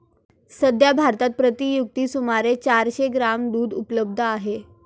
सध्या भारतात प्रति व्यक्ती सुमारे चारशे ग्रॅम दूध उपलब्ध आहे